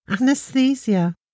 Anesthesia